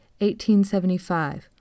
1875